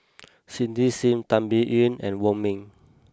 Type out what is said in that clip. Cindy Sim Tan Biyun and Wong Ming